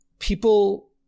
People